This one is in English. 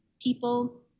people